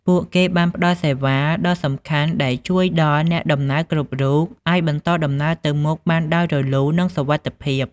ពួកគេបានផ្តល់សេវាដ៏សំខាន់ដែលជួយដល់អ្នកដំណើរគ្រប់រូបឱ្យបន្តដំណើរទៅមុខបានដោយរលូននិងសុវត្ថិភាព។